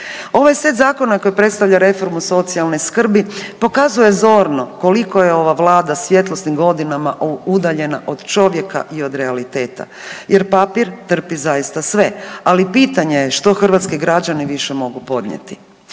Ovaj set zakona koji predstavlja reformu socijalne skrbi pokazuje zorno koliko je ova Vlada svjetlosnim godinama udaljena od čovjeka i od realiteta jer, papir trpi zaista sve, ali pitanje je što hrvatski građani više mogu podnijeti.